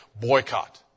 boycott